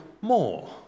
more